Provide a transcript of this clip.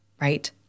right